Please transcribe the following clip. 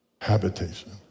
Habitation